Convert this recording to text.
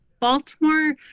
Baltimore